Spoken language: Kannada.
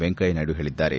ವೆಂಕಯ್ಯ ನಾಯ್ದು ಹೇಳದ್ದಾರೆ